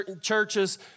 churches